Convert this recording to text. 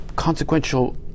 consequential